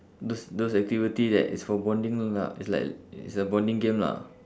those those activity that is for bonding lah it's like it's a bonding game lah